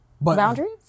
Boundaries